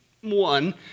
one